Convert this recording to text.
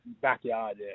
backyard